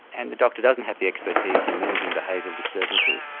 and the doctor doesn't have the expertise in managing behavioural disturbances.